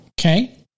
okay